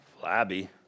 Flabby